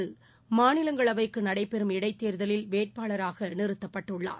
குஜராத் மாநிலங்களவைக்குநடைபெறும் இடைத்தேர்தலில் வேட்பாளராகநிறுத்தப்பட்டுள்ளார்